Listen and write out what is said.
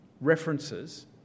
references